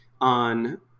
on